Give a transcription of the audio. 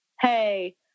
Hey